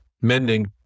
Mending